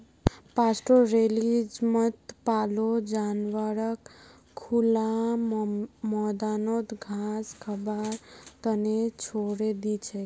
पास्टोरैलिज्मत पाले जानवरक खुला मैदानत घास खबार त न छोरे दी छेक